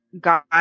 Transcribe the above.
God